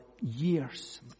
years